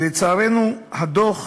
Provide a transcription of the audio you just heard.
ולצערנו, הדוח